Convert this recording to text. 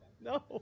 No